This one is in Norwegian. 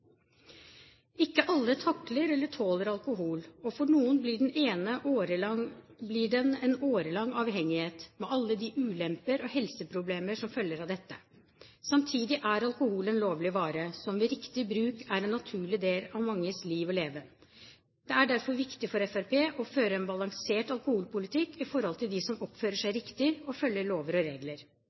Ikke alle takler eller tåler alkohol, og for noen blir den en årelang avhengighet, med alle de ulemper og helseproblemer som følger av dette. Samtidig er alkohol en lovlig vare som ved riktig bruk er en naturlig del av manges liv og levnet. Det er derfor viktig for Fremskrittspartiet å føre en balansert alkoholpolitikk i forhold til dem som oppfører seg riktig og følger lover og regler.